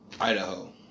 Idaho